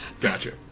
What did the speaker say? Gotcha